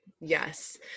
Yes